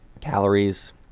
calories